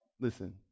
Listen